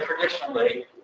traditionally